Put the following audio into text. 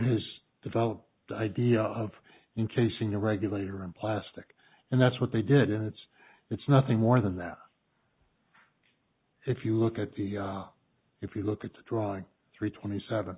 his develop the idea of encasing the regulator in plastic and that's what they did and it's it's nothing more than that if you look at the if you look at the drawing three twenty seven